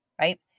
Right